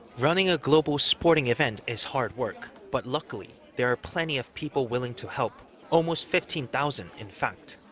running a global sporting event is hard work, but luckily there are plenty of people willing to help almost fifteen thousand in fact.